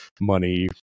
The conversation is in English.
money